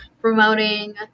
promoting